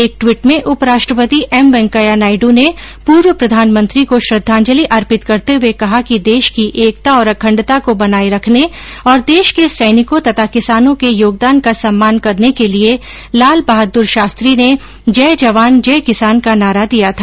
एक ट्वीट में उपराष्ट्रपति एम वेंकैया नायडु ने पूर्व प्रधानमंत्री को श्रद्धाजलि अर्पित करते हुए कहा कि देश की एकता और अखण्डता को बनाये रखने और देश के सैनिकों तथा किसानों के योगदान का सम्मान करने के लिए लालबहादुर शास्त्री ने जय जवान जय किसान का नारा दिया था